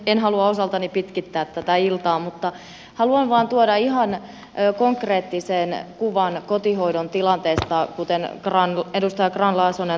en halua osaltani pitkittää tätä iltaa mutta haluan vain tuoda ihan konkreettisen kuvan kotihoidon tilanteesta kuten edustaja grahn laasonen tuossa puhui